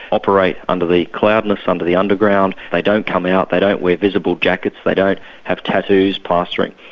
operate under the cloudness, under the underground. they don't come out, they don't wear visible jackets, they don't have tattoos plastering.